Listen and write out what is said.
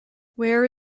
where